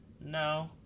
no